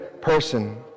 person